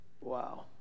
Wow